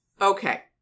okay